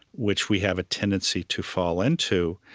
which we have a tendency to fall into,